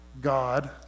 God